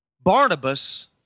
Barnabas